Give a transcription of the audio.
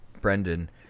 Brendan